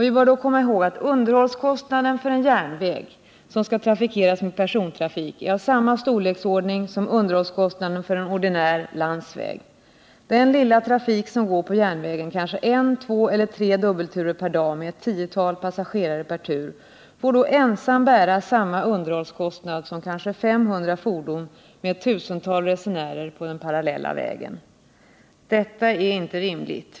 Vi bör här komma ihåg att underhållskostnaderna för en järnväg, avsedd för persontrafik, är av samma storleksordning som underhållskostnaderna för en ordinär landsväg. Den sparsamma trafik som går på järnvägen en, två eller tre dubbelturer per dag med ett tiotal passagerare per tur får då ensam bära samma underhållskostnad som kanske 500 fordon med ett tusental resenärer på den parallella vägen. Detta är inte rimligt.